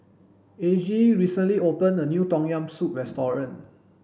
Aggie recently opened a new tom yam soup restaurant